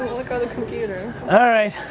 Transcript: look on the computer. all right.